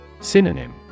Synonym